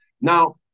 Now